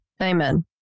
Amen